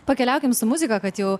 pakeliaukim su muzika kad jau